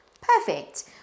Perfect